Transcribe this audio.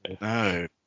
no